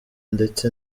ndetse